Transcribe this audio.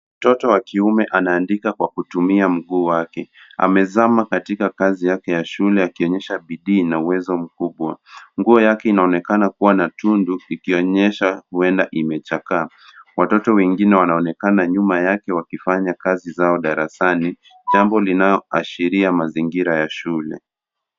Mtoto wakiume anaandika kwa kutumia mguu wake, amezama katika kazi yake ya shule, akionyesha bidii na uwezo mkubwa. Nguo yake inaonekana kuwa na tundu ikionyesha uenda imechakaa. Watoto wengine wanaonekana nyuma yake wakifanya kazi zao darasani, jambo linaloashiria mazingira ya shule.